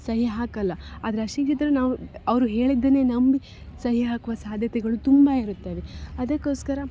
ಸಹಿ ಹಾಕಲ್ಲ ಆದರೆ ಅಶಿಕ್ಷಿತರು ನಾವು ಅವರು ಹೇಳಿದ್ದನ್ನೇ ನಂಬಿ ಸಹಿ ಹಾಕುವ ಸಾಧ್ಯತೆಗಳು ತುಂಬ ಇರುತ್ತದೆ ಅದಕ್ಕೋಸ್ಕರ